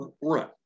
Right